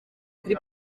kuri